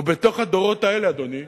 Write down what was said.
ובתוך הדורות האלה, אדוני,